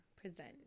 present